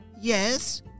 Yes